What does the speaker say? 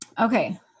Okay